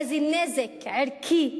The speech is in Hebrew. איזה נזק ערכי,